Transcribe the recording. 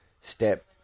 step